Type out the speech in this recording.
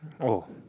oh